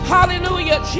Hallelujah